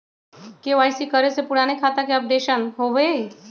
KYC करें से पुराने खाता के अपडेशन होवेई?